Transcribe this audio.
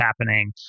happening